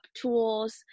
tools